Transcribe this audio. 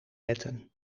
wetten